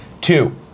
Two